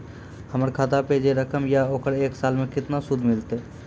हमर खाता पे जे रकम या ओकर एक साल मे केतना सूद मिलत?